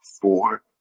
four